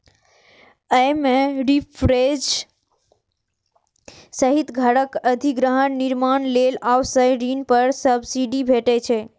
अय मे रीपरचेज सहित घरक अधिग्रहण, निर्माण लेल आवास ऋण पर सब्सिडी भेटै छै